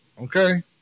Okay